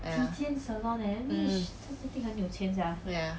mm ya